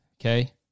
okay